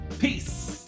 Peace